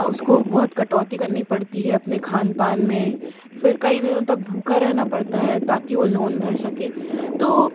उसको बहुत कटौती करनी पड़ती है अपने खानपान में फिर कई दिनों तक भूखा रहना पड़ता है ताकि वो लोन भर सके तो